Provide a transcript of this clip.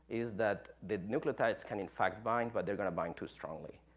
is that the nucleotides can, in fact, bind, but they're going to bind too strongly,